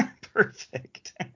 Perfect